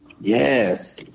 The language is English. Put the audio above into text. Yes